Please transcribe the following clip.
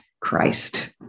Christ